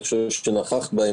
אני חושב שנכחת בה,